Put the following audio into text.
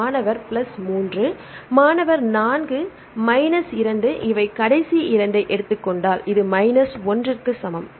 மாணவர் plus 3 minus 4 minus 2 இவை கடைசி 2 ஐ எடுத்துக் கொண்டால் இது மைனஸ் 1 க்கு சமம்